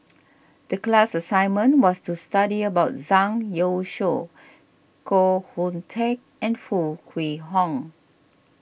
the class assignment was to study about Zhang Youshuo Koh Hoon Teck and Foo Kwee Horng